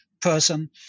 person